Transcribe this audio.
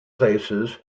places